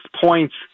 points